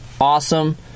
awesome